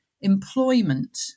employment